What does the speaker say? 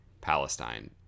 Palestine